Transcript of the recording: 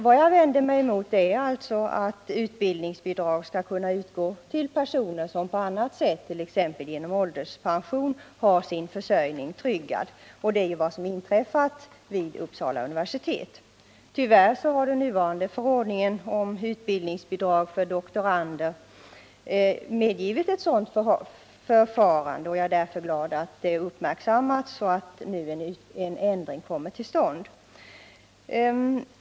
Vad jag vänder mig mot är alltså att utbildningsbidrag skall kunna utgå till personer som på annat sätt — exempelvis genom ålderspension — har sin försörjning tryggad, och det är ju vad som inträffat vid Uppsala universitet. Tyvärr har den nuvarande förordningen om utbildningsbidrag för doktorander medgivit ett sådant förfarande. Jag är därför glad att det har uppmärksammats och att en ändring nu kommer till stånd.